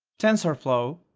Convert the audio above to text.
tensorflow,